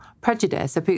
prejudice